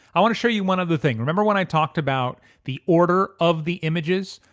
i want to show you one other thing. remember when i talked about the order of the images?